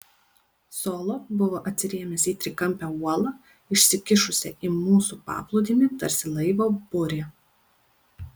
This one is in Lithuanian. solo buvo atsirėmęs į trikampę uolą išsikišusią į mūsų paplūdimį tarsi laivo burė